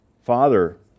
Father